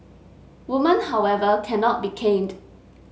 woman however cannot be caned